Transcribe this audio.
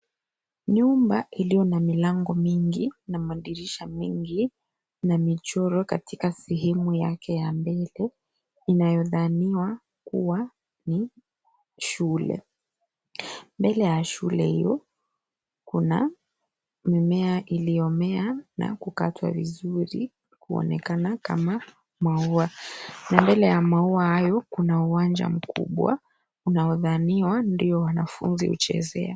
Nyumba iliyo na milango mingi na madirisha mengi na michoro katika sehemu yake ya mbele, inayodhaniwa kuwa ni shule. Mbele ya shule hiyo kuna mimea iliyomea na kukatwa vizuri na kuonekana kama maua. Na mbele ya maua hayo kuna uwanja mkubwa unaodhaniwa ndio wanafunzi huchezea.